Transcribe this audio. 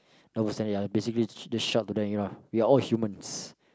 basically just shoutout to them you know we are all humans